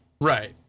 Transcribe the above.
Right